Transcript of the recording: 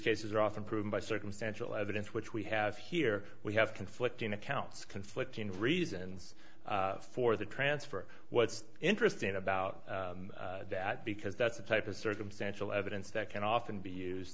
cases are often proved by circumstantial evidence which we have here we have conflicting accounts conflicting reasons for the transfer what's interesting about that because that's the type of circumstantial evidence that can often